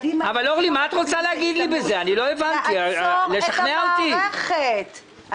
זה לא רק הם, זה